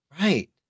Right